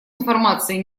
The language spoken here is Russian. информации